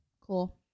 Cool